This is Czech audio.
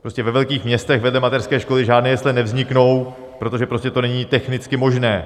Prostě ve velkých městech vedle mateřské školy žádné jesle nevzniknou, protože to prostě není technicky možné.